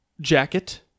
jacket